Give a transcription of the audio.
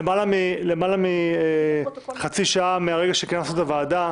ולמעלה מחצי שעה מהרגע שכינסנו את הוועדה,